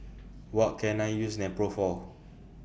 What Can I use Nepro For